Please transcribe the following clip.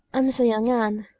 i'm so young, anne.